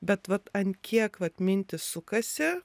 bet vat ant kiek vat mintys sukasi